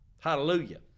Hallelujah